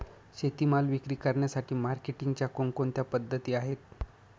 शेतीमाल विक्री करण्यासाठी मार्केटिंगच्या कोणकोणत्या पद्धती आहेत?